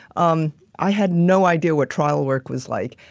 um i had no idea what trial work was like.